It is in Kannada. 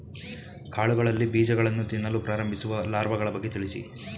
ಕಾಳುಗಳಲ್ಲಿ ಬೀಜಗಳನ್ನು ತಿನ್ನಲು ಪ್ರಾರಂಭಿಸುವ ಲಾರ್ವಗಳ ಬಗ್ಗೆ ತಿಳಿಸಿ?